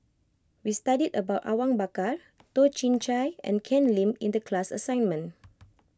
we studied about Awang Bakar Toh Chin Chye and Ken Lim in the class assignment